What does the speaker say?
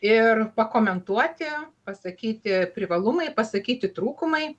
ir pakomentuoti pasakyti privalumai pasakyti trūkumai